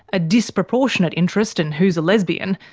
a disproportionate interest in who's a lesbian,